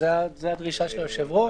זו הדרישה של היושב-ראש.